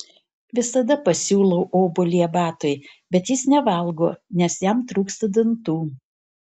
visada pasiūlau obuolį abatui bet jis nevalgo nes jam trūksta dantų